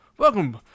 Welcome